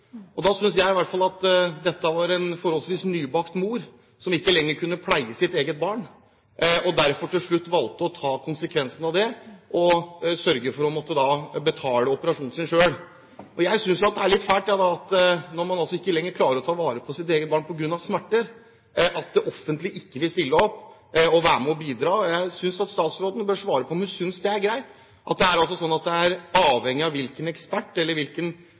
Dette var en forholdsvis nybakt mor som ikke lenger kunne pleie sitt eget barn, og derfor til slutt valgte å ta konsekvensene av det og betalte operasjonen sin selv. Jeg synes det er litt fælt at det offentlige, når man ikke lenger klarer å ta vare på sitt eget barn på grunn av smerter, ikke vil stille opp og være med og bidra. Og jeg synes at statsråden bør svare på om hun synes det er greit at det er avhengig av hvilken ekspert eller hvilken fagperson som anmoder om at man skal få behandling, om man får det eller ikke. Det er